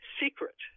secret